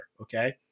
okay